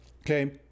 Okay